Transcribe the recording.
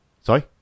Sorry